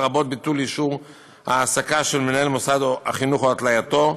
לרבות ביטול אישור העסקה של מנהל מוסד החינוך או התלייתו,